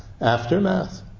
aftermath